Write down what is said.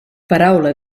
paraula